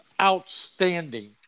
outstanding